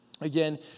Again